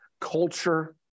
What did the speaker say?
culture